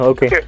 Okay